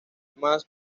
más